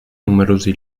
numerosi